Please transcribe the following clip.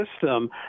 system